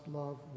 love